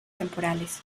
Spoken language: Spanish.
temporales